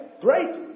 great